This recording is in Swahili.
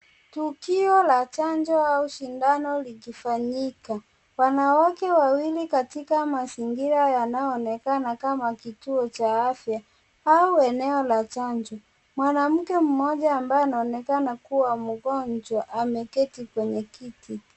Tukio la chanjo au sindano likifanyika. Wanawake wawili katika mazingira yanayoonekana kama kituo cha afya au eneo la chanjo. Mwanamke mmoja ambaye anaoneka kuwa, mgonjwa ameketi kwenye kiti.